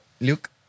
Luke